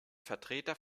vertreter